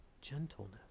gentleness